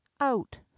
out